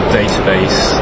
database